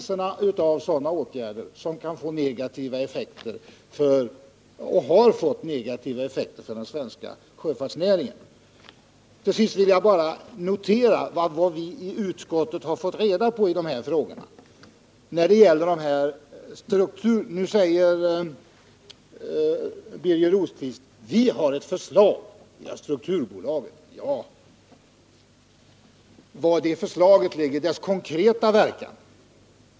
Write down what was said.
Sådana åtgärder kan få — och har fått — negativa effekter för den svenska sjöfartsnäringen. Till sist vill jag bara notera vad vi i utskottet har fått reda på i dessa frågor. Birger Rosqvist säger att man har ett förslag, nämligen förslaget om inrättande av ett strukturbolag. Ja, men vilken är dess konkreta verkan?